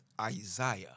Isaiah